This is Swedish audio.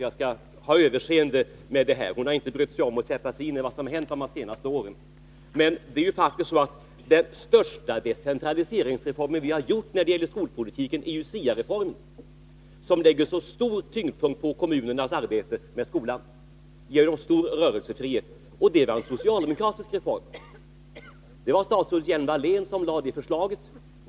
Jag skall därför ha överseende med henne — hon har inte brytt sig om att sätta sig in i vad som har hänt de senaste åren. Den största decentraliseringsreform vi har gjort på skolpolitikens område är SIA-reformen, som lägger tyngdpunkten på kommunernas arbete med skolan och därvidlag ger kommunerna stor rörelsefrihet. Det var en socialdemokratisk reform. Det var statsrådet Hjelm-Wallén som framlade det förslaget.